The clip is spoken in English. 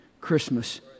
Christmas